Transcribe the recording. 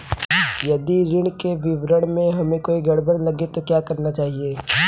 यदि ऋण के विवरण में हमें कोई गड़बड़ लगे तो क्या करना चाहिए?